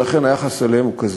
ולכן היחס אליהם הוא כזה.